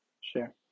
Sure